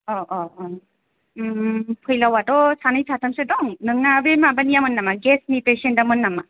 अ अ अ ओम फैलावआथ' सानै साथामसो दं नोंना बे माबानियामोन नामा गेसनि पेसेन्टामोन नामा